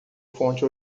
fonte